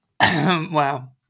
Wow